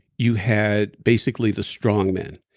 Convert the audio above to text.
you had basically the strong men.